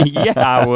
yeah i would.